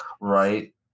Right